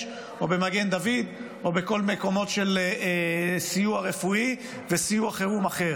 או במגן דוד או בכל המקומות של סיוע רפואי וסיוע חירום אחר.